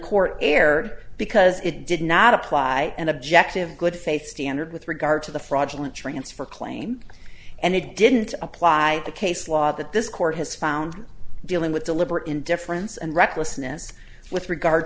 court erred because it did not apply an objective good faith standard with regard to the fraudulent transfer claim and it didn't apply the case law that this court has found dealing with deliberate indifference and recklessness with regard